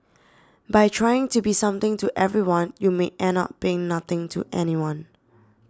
by trying to be something to everyone you may end up being nothing to anyone